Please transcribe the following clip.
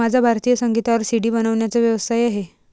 माझा भारतीय संगीतावर सी.डी बनवण्याचा व्यवसाय आहे